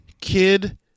Kid